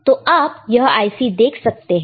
तो आप यह IC देख सकते हैं